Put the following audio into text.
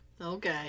okay